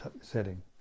setting